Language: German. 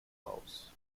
raus